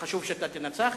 שחשוב שתנצח.